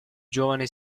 giovane